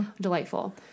Delightful